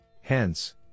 Hence